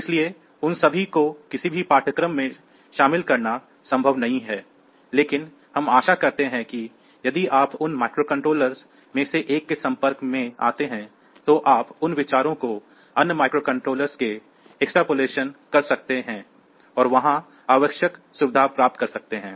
इसलिए उन सभी को किसी भी पाठ्यक्रम में शामिल करना संभव नहीं है लेकिन हम आशा करते हैं कि यदि आप उन माइक्रोकंट्रोलर्स में से एक के संपर्क में आते हैं तो आप उन विचारों को अन्य माइक्रोकंट्रोलर्स के लिए एक्सट्रपलेशन कर सकते हैं और वहां आवश्यक सुविधाएँ प्राप्त कर सकते हैं